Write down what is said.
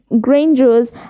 Grangers